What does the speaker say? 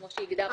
כפי שהגדרנו.